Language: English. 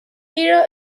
hero